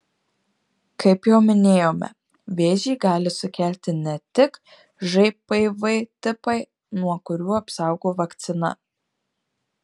kaip jau minėjome vėžį gali sukelti ne tik žpv tipai nuo kurių apsaugo vakcina